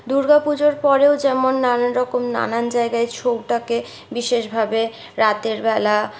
দুর্গাপূজোর পরেও যেমন নানারকম নানান জায়গায় ছৌটাকে বিশেষভাবে রাতেরবেলা